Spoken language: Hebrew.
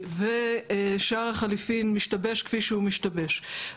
ושער החליפין משתבש כפי שהוא משתבש,